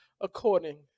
According